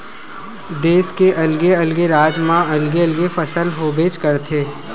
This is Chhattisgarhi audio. देस के अलगे अलगे राज म अलगे अलगे फसल होबेच करथे